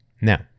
Now